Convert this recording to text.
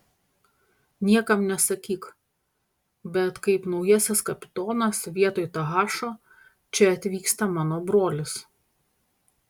niekam nesakyk bet kaip naujasis kapitonas vietoj tahašo čia atvyksta mano brolis